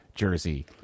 Jersey